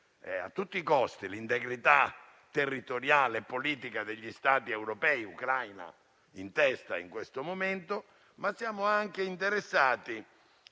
a tutti i costi dell'integrità territoriale e politica degli Stati europei, l'Ucraina in testa in questo momento. Siamo anche interessati